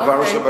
זה דבר שבשגרה,